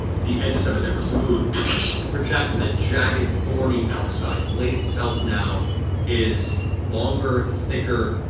the edges of it that were smooth project with a jagged, thorny outside. the blade itself now is longer, thicker,